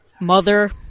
Mother